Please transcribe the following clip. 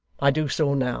i do so now.